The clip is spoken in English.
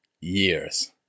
years